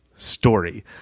story